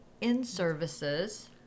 in-services